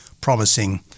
promising